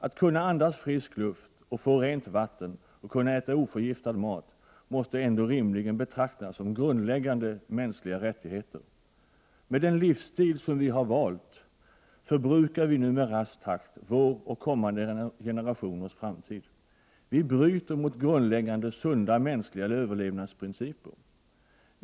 Att kunna andas frisk luft, få rent vatten och kunna äta oförgiftad mat måste ändå rimligen betraktas som grundläggande mänskliga rättigheter. Med den livsstil som vi har valt förbrukar vi nu i rask takt vår egen och kommande generationers framtid. Vi bryter mot grundläggande sunda mänskliga överlevnadsprinciper.